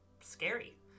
scary